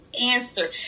answer